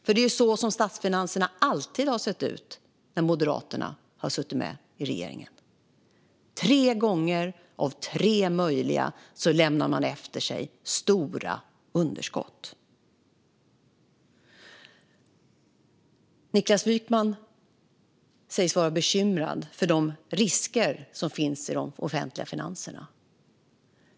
På det sättet har ju statsfinanserna alltid sett ut när Moderaterna har suttit med i regeringen. Tre gånger av tre möjliga har man lämnat efter sig stora underskott. Niklas Wykman säger sig vara bekymrad för de risker som finns i de offentliga finanserna.